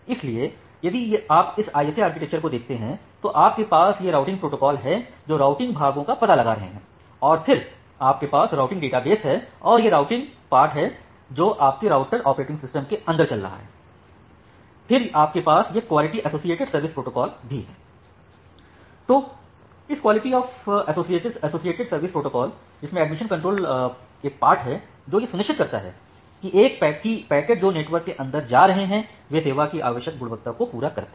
इसलिए यदि आप इस आईएसए आर्किटेक्चर को देखते हैं तो आपके पास ये राउटिंग प्रोटोकॉल हैं जो राउटिंग भागों का पता लगा रहे हैं और फिर आपके पास राउटिंग डेटाबेस है और यह राउटिंग पार्ट है जो आपके राउटर ऑपरेटिंग सिस्टम के अंदर चल रहा है और फिर आपके पास यह क्वालिटी एसोसिएटेड सर्विस प्रोटोकॉल भी है तो इस quality of associated service protocol जिसके एडमिशन प्रोटोकॉल एक पार्ट है जो यह सुनिश्चित करता है कि पैकेट जो नेटवर्क के अंदर जा रहे हैं वे सेवा की आवश्यक गुणवत्ता को पूरा करते हैं